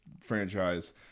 franchise